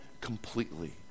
completely